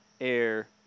Air